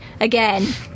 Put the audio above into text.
again